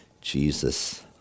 Jesus